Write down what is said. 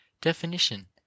definition